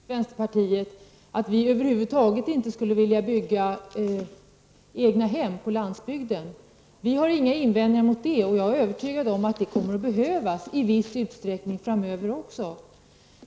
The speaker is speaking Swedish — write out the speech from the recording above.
Herr talman! Centern och moderaterna riktar kritik mot vänsterpartiet för att vi över huvud taget inte skulle vilja att det byggs egnahem på landsbygden. Vi har inga invändningar mot det, och jag är övertygad om att det kommer att behövas i viss utsträckning framöver.